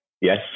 Yes